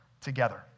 together